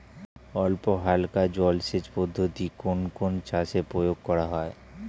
অল্পহালকা জলসেচ পদ্ধতি কোন কোন চাষে প্রয়োগ করা হয়?